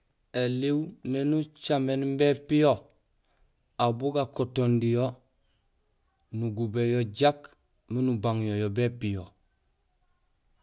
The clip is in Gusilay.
Elihu néni ujaméén imbi épiyo, aw bo gakotondi yo, nugubéén yo jaak miin ubang yo, yo bépiyo